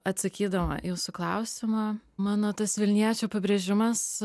atsakydama į jūsų klausimą mano tas vilniečio pabrėžimas